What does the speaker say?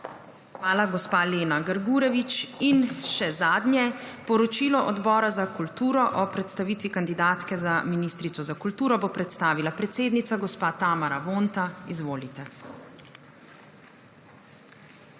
Hvala, gospa Lena Grgurevič. In še zadnje, poročilo Odbora za kulturo o predstavitvi kandidatke za ministrico za kulturo bo predstavila predsednica gospa Tamara Vonta. Izvolite.